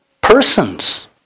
persons